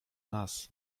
nas